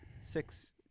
six